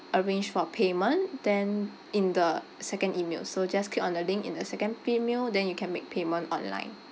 arrange for payment then in the second email so just click on the link in the second email then you can make payment online